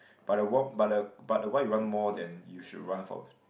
but the walk but the but the why you want more than you should run for